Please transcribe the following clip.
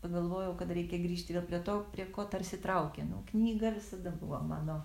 pagalvojau kad reikia grįžti vėl prie to prie ko tarsi traukia nu knyga visada buvo mano